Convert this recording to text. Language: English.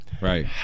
Right